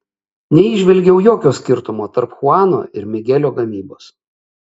neįžvelgiau jokio skirtumo tarp chuano ir migelio gamybos